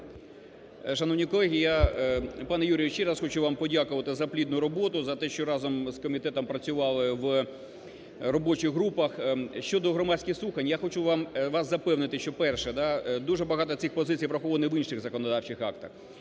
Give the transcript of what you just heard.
Шановні колеги, я, пане Юрію, ще раз хочу вам подякувати за плідну роботу, за те, що разом з комітетом працювали в робочих групах. Щодо громадських слухань, я хочу вас запевнити, що, перше, да, дуже багато цих позицій враховано вищих законодавчих актах.